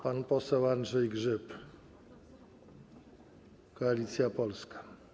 Pan poseł Andrzej Grzyb, Koalicja Polska.